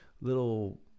little